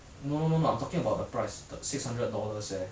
no no no no I'm talking about the price the six hundred dollars eh